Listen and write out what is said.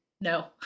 No